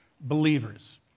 Believers